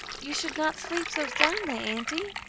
you should not sleep so soundly, aunty.